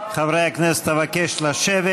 חברי הכנסת, אבקש לשבת.